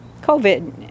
COVID